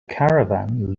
caravan